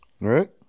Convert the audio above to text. Right